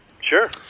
Sure